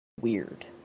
weird